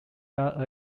that